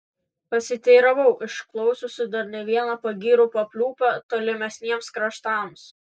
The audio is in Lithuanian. pasiteiravau išklausiusi dar ne vieną pagyrų papliūpą tolimiesiems kraštams